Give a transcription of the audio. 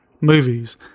movies